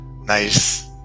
nice